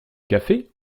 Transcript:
café